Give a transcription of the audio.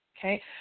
Okay